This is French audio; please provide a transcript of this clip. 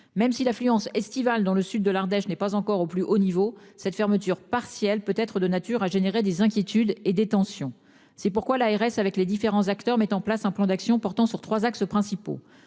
même si l'affluence estivale dans le sud de l'Ardèche, n'est pas encore au plus haut niveau cette fermeture partielle peut être de nature à générer des inquiétudes et des tensions. C'est pourquoi l'ARS avec les différents acteurs mettent en place un plan d'action portant sur 3 axes principaux,